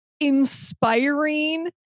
inspiring